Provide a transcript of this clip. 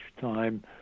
time